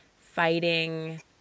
fighting